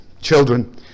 children